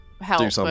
help